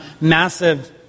massive